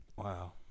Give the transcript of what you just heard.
Wow